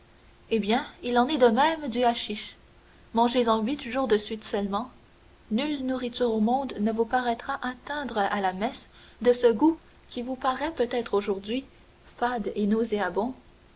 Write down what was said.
eh bien il en est de même du hachisch mangez en huit jours de suite seulement nulle nourriture au monde ne vous paraîtra atteindre à la finesse de ce goût qui vous paraît peut-être aujourd'hui fade et nauséabond